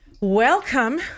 Welcome